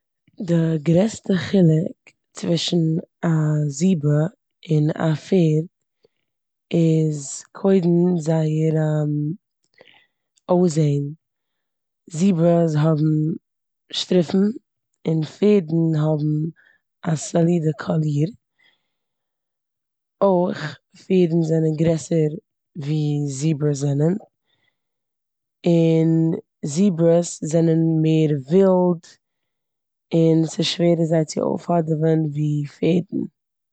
די גרעסטע חילוק צווישן א זעברא און א פערד איז קודם זייער אויסזען. זעבראס האבן שטריפן און פערדן האבן א סאלידע קאליר. אויך פערדן זענען גרעסער ווי זעבראס זענען און זעבראס זענען מער ווילד און ס'שווערער זיי צו אויפהאדעווען ווי פערדן.